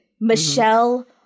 Michelle